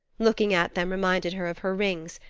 looking at them reminded her of her rings,